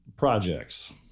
projects